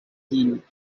healed